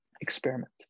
experiment